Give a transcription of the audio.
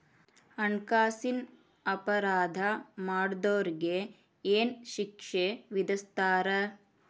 ಹಣ್ಕಾಸಿನ್ ಅಪರಾಧಾ ಮಾಡ್ದೊರಿಗೆ ಏನ್ ಶಿಕ್ಷೆ ವಿಧಸ್ತಾರ?